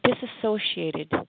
disassociated